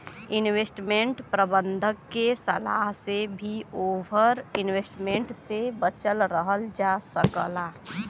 investment प्रबंधक के सलाह से भी ओवर इन्वेस्टमेंट से बचल रहल जा सकला